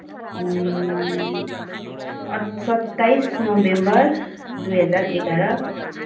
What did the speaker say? सत्ताइस नेभेम्बर दुई हजार एघार